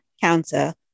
counter